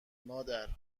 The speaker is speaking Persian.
مادر